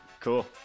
Cool